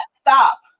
stop